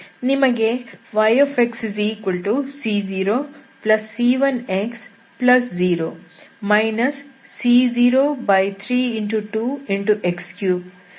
ನಿಮಗೆ yxc0c1x0 c03